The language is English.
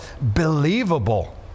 believable